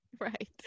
right